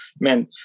man